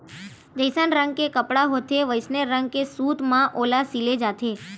जइसन रंग के कपड़ा होथे वइसने रंग के सूत म ओला सिले जाथे